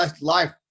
life